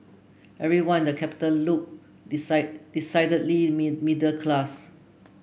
everyone in the capital looked decide decidedly mid middle class